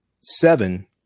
seven